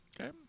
Okay